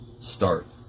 Start